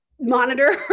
monitor